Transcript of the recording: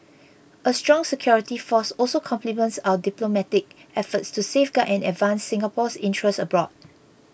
a strong security force also complements our diplomatic efforts to safeguard and advance Singapore's interests abroad